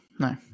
No